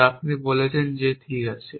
যা আপনি বলেছেন যে ঠিক আছে